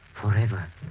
forever